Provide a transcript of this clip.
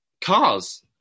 Cars